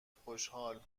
خوشحال